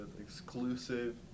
exclusive